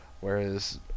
whereas